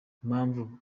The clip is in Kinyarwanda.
impamvu